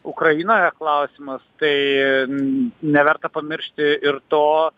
ukrainoje klausimas tai neverta pamiršti ir to